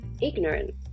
ignorant